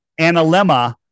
analemma